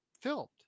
filmed